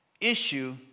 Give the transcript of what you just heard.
Issue